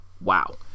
wow